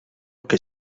que